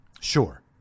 Sure